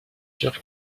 sûr